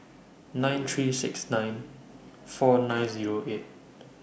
nine three six nine four nine Zero eight